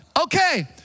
Okay